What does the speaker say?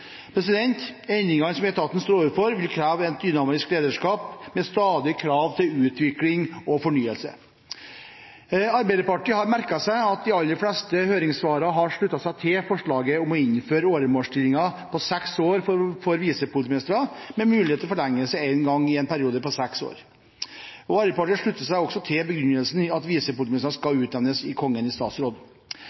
Endringene som etaten står overfor, vil kreve et dynamisk lederskap, med stadige krav til utvikling og fornyelse. Arbeiderpartiet har merket seg at de aller fleste høringssvarene har sluttet seg til forslaget om å innføre åremålsstillinger på seks år for visepolitimestere, med mulighet til forlengelse én gang for en periode på seks år. Arbeiderpartiet slutter seg også til begrunnelsen for at visepolitimestere skal utnevnes av Kongen i statsråd.